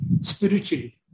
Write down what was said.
spiritually